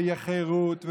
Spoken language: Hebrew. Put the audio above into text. ושתהיה חרות,